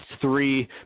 three